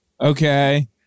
Okay